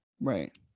Right